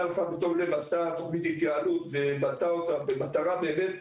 הלכה בתום לב ועשתה תוכנית התייעלות ובנתה אותה במטרה באמת,